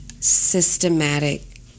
systematic